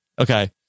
Okay